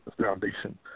foundation